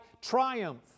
triumph